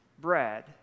bread